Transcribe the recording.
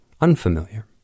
unfamiliar